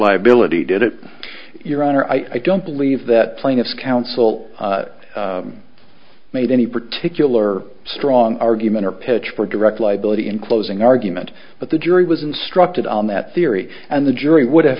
liability did it your honor i don't believe that plaintiff's counsel made any particular strong argument or pitch for direct liability in closing argument but the jury was instructed on that theory and the jury would have